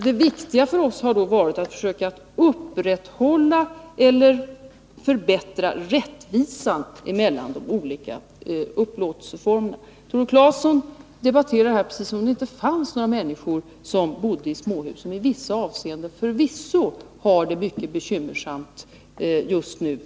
Det viktiga för oss har varit att försöka upprätthålla eller förbättra rättvisan mellan de olika upplåtelseformerna. Tore Claeson debatterar som om det inte fanns människor som bor i småhus och som i vissa avseenden förvisso har det mycket bekymmersamt just nu.